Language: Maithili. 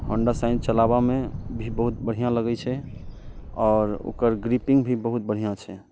होंडा शाइन चलाबयमे भी बहुत बढ़िआँ लगैत छै आओर ओकर ग्रिपिंग भी बहुत बढ़िआँ छै